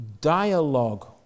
dialogue